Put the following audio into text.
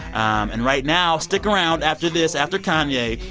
um and right now, stick around after this, after kanye,